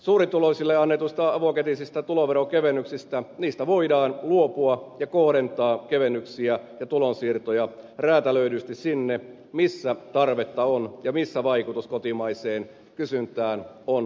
suurituloisille annetuista avokätisistä tuloveronkevennyksistä voidaan luopua ja kohdentaa kevennyksiä ja tulonsiirtoja räätälöidysti sinne missä tarvetta on ja missä vaikutus kotimaiseen kysyntään on välitön